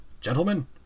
Gentlemen